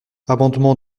amendement